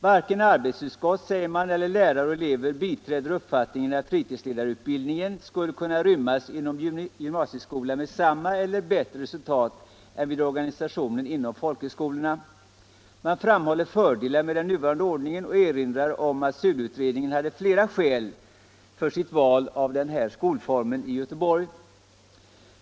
Varken arbetsutskott, säger Göteborgs stadskontor, eller lärare och elever biträder uppfattningen att fritidsledarutbildningen skulle kunna rymmas inom gymnasieskolan med samma eller bättre resultat än inom folkhögskolorna. Man framhåller fördelar med den nuvarande ordningen och erinrar om att SULU-utredningen hade flera skäl för sitt val av den här skolformen i Göteborg.